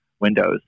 windows